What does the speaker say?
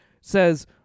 says